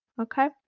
Okay